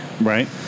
Right